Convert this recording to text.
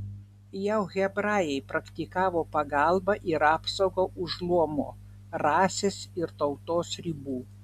jau hebrajai praktikavo pagalbą ir apsaugą už luomo rasės ir tautos ribų